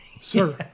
sir